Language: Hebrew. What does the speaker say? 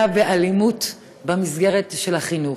באלימות במסגרת של החינוך.